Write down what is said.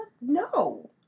no